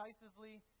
decisively